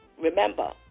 Remember